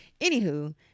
Anywho